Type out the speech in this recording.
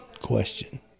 question